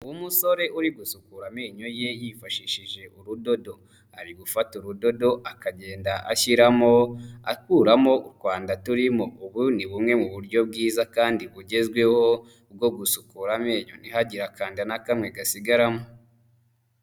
Umusore uri gusukura amenyo ye yifashishije urudodo. Ari gufata urudodo akagenda ashyiramo akuramo utwanda turimo. Ubu ni bumwe mu buryo bwiza kandi bugezweho bwo gusukura amenyo ntihagire akanda na kamwe gasigaramo.